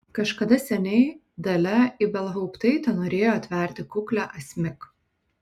kažkada seniai dalia ibelhauptaitė norėjo atverti kuklią asmik